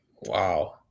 Wow